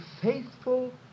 faithful